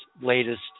latest